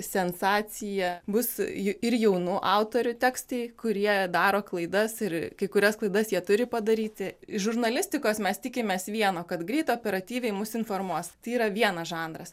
sensacija bus jų ir jaunų autorių tekstai kurie daro klaidas ir kai kurias klaidas jie turi padaryti iš žurnalistikos mes tikimės vieno kad greit operatyviai mus informuos tai yra viena žanras